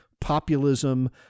populism